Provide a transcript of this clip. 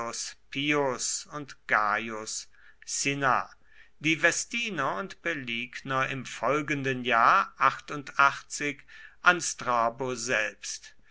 und gaius cinna die vestiner und paeligner im folgenden jahr an strabo selbst